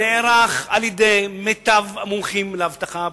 נערך על-ידי מיטב המומחים לאבטחה בישראל.